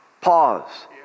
Pause